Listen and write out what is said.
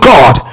God